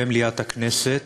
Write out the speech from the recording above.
במליאת הכנסת,